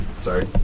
Sorry